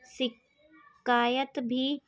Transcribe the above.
شکایت بھی